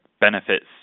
benefits